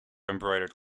embroidered